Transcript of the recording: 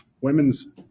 women's